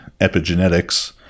epigenetics